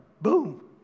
Boom